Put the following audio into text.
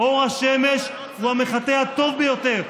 אור השמש הוא המחטא הטוב ביותר.